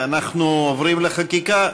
אנחנו עוברים לחקיקה.